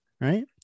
right